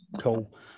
cool